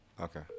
Okay